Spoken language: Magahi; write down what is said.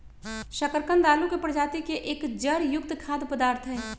शकरकंद आलू के प्रजाति के एक जड़ युक्त खाद्य पदार्थ हई